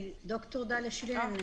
אני ד"ר דליה שיליאן,